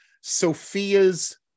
Sophia's